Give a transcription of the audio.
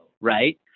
right